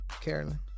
Carolyn